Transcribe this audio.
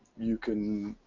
you can